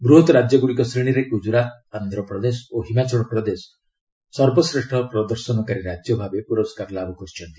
ବୃହତ୍ ରାଜ୍ୟଗୁଡ଼ିକ ଶ୍ରେଣୀରେ ଗୁଜରାତ ଆନ୍ଧ୍ରପ୍ରଦେଶ ଓ ହିମାଚଳପ୍ରଦେଶ ସର୍ବଶ୍ରେଷ୍ଠ ପ୍ରଦର୍ଶନକାରୀ ରାଜ୍ୟ ଭାବେ ପୁରସ୍କାର ଲାଭ କରିଛନ୍ତି